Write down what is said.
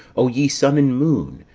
o ye sun and moon,